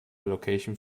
location